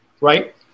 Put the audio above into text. right